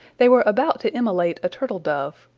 they were about to immolate a turtle-dove,